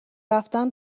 رفتن